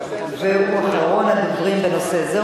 הוא אחרון הדוברים בנושא זה.